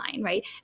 right